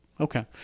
Okay